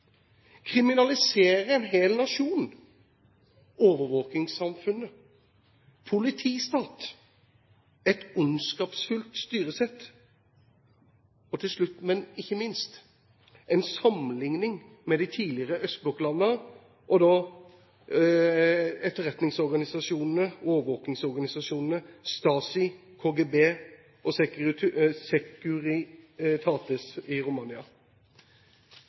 kriminalisere en hel nasjon, overvåkingssamfunnet, politistat, et ondskapsfullt styresett. Og til slutt, men ikke minst: En sammenligning med de tidligere østblokklandene og da etteretningsorganisasjonene – overvåkingsorganisasjonene – Stasi, KGB og Securitate i Romania.